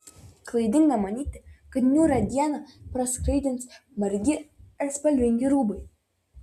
klaidinga manyti kad niūrią dieną praskaidrins margi ir spalvingi rūbai